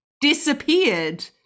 disappeared